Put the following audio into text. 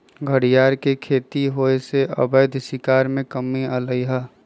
घरियार के खेती होयसे अवैध शिकार में कम्मि अलइ ह